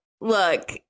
look